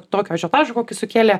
tokio ažiotažo kokį sukėlė